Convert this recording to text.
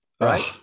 right